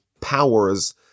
powers